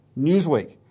Newsweek